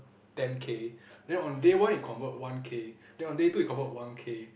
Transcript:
ten K then on day one you convert one K then on day two you convert one K